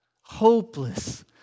hopeless